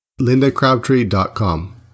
lindacrabtree.com